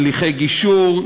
הליכי גישור,